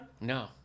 No